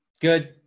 Good